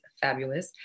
fabulous